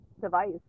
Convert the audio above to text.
device